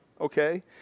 okay